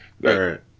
Right